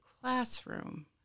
classroom